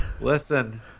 Listen